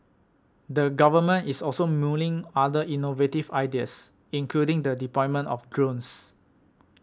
the Government is also mulling other innovative ideas including the deployment of drones